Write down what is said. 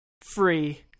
free